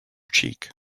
cheek